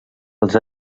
els